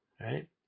Right